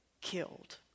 killed